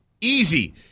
easy